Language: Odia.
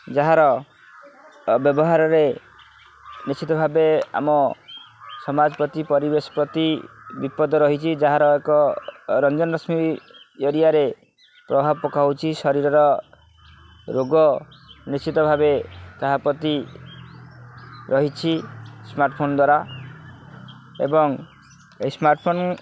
ଯାହାର ବ୍ୟବହାର ନିଶ୍ଚିତ ଭାବେ ଆମ ସମାଜ ପ୍ରତି ପରିବେଶ ପ୍ରତି ବିପଦ ରହିଛି ଯାହାର ଏକ ରଞ୍ଜନ ରଶ୍ମୀ ଜରିଆରେ ପ୍ରଭାବ ପକାଉଛି ଶରୀରର ରୋଗ ନିଶ୍ଚିତ ଭାବେ ତାହା ପ୍ରତି ରହିଛି ସ୍ମାର୍ଟଫୋନ୍ ଦ୍ୱାରା ଏବଂ ଏ ସ୍ମାର୍ଟଫୋନ୍